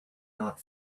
not